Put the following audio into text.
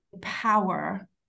power